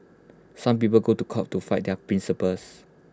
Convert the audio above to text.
some people go to court to fight their principles